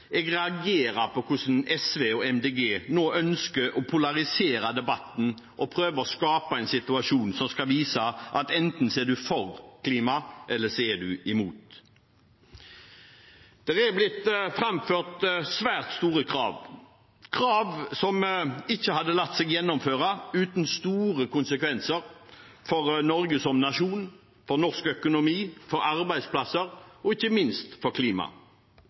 Jeg må si at jeg reagerer på hvordan SV og Miljøpartiet De Grønne nå ønsker å polarisere debatten og prøver å skape en situasjon som skal vise at enten er man for klimaet, eller så er man imot. Det har blitt framført svært store krav – krav som ikke hadde latt seg gjennomføre uten store konsekvenser for Norge som nasjon, for norsk økonomi, for arbeidsplasser og ikke minst for klimaet.